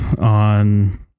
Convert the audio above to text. on